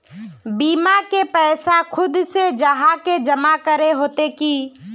बीमा के पैसा खुद से जाहा के जमा करे होते की?